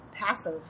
passive